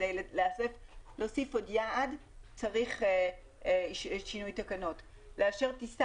אני רק אגיד שהיא לא פועלת בחלל הריק וצריך שטומבוקטו תאשר את זה